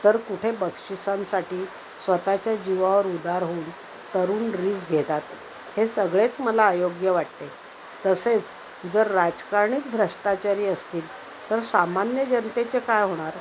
तर कुठे बक्षिसांसाठी स्वतःच्या जीवावर उदार होऊन तरुण रीस्क घेतात हे सगळेच मला आयोग्य वाटते तसेच जर राजकारणीच भ्रष्टाचारी असतील तर सामान्य जनतेचे काय होणार